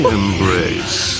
embrace